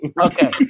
Okay